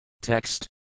Text